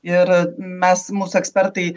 ir mes mūsų ekspertai